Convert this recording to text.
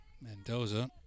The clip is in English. Mendoza